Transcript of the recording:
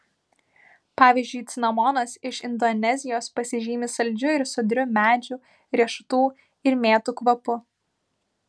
pavyzdžiui cinamonas iš indonezijos pasižymi saldžiu ir sodriu medžių riešutų ir mėtų kvapu